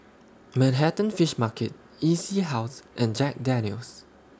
Manhattan Fish Market E C House and Jack Daniel's